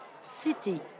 city